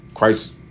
Christ